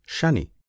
Shani